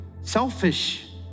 selfish